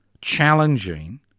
challenging